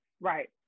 Right